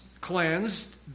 cleansed